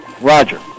Roger